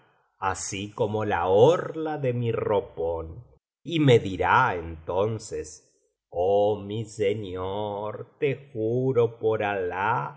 así como la orla de mi ropón y me dirá entonces oh mi señor te juro por alah